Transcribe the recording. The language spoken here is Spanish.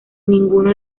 ninguno